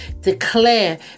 declare